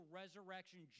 resurrection